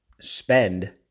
spend